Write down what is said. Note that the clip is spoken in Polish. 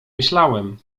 myślałem